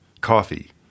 coffee